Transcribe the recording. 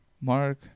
Mark